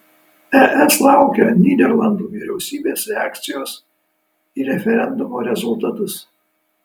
es laukia nyderlandų vyriausybės reakcijos į referendumo rezultatus